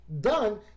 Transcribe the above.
done